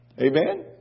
Amen